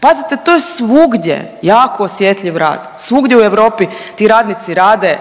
Pazite to je svugdje jako osjetljiv rad, svugdje u Europi ti radnici rade